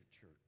church